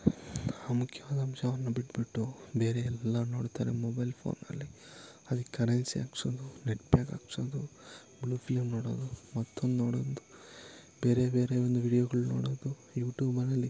ಆ ಮುಖ್ಯವಾದ ಅಂಶವನ್ನು ಬಿಟ್ಟುಬಿಟ್ಟು ಬೇರೆ ಎಲ್ಲ ನೋಡ್ತಾರೆ ಮೊಬೈಲ್ ಫೋನ್ನಲ್ಲಿ ಅದಿಕ್ಕೆ ಕರೆನ್ಸಿ ಹಾಕ್ಸೋದು ನೆಟ್ ಪ್ಯಾಕ್ ಹಾಕ್ಸೋದು ಬ್ಲೂ ಫಿಲಮ್ ನೋಡೋದು ಮತ್ತೊಂದು ನೋಡೋದು ಬೇರೆ ಬೇರೆ ಒಂದು ವಿಡ್ಯೋಗ್ಳು ನೋಡೋದು ಯೂಟ್ಯೂಬಲ್ಲಿ